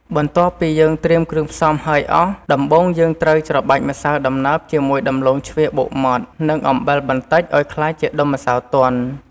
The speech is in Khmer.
បន្ទាប់ពីយើងត្រៀមគ្រឿងផ្សំហើយអស់ ដំបូងយើងត្រូវ ច្របាច់ម្សៅដំណើបជាមួយដំឡូងជ្វាបុកម៉ដ្ឋ និងអំបិលបន្តិចឱ្យក្លាយជាដុំម្សៅទន់។